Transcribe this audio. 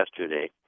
yesterday